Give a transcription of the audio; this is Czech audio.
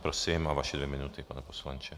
Prosím a vaše dvě minuty, pane poslanče.